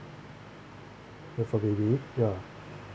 wait for baby ya